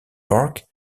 park